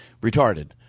retarded